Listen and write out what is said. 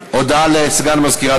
נמנעים.